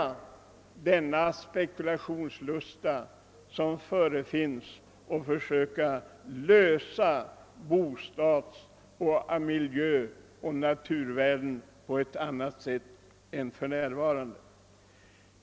Samhället måste helt enkelt försöka lösa frågorna om bostadsmiljön och miljön i övrigt på ett annat sätt än för närvarande och ta hänsyn till naturvärdena.